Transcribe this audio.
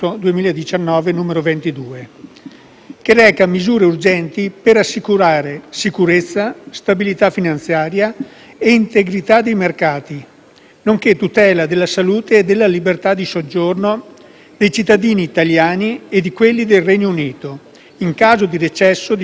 che reca misure urgenti per assicurare sicurezza, stabilità finanziaria e integrità dei mercati, nonché tutela della salute e della libertà di soggiorno dei cittadini italiani e di quelli del Regno Unito, in caso di recesso di quest'ultimo dall'Unione europea.